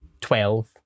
Twelve